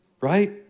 right